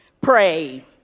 Pray